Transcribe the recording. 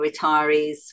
retirees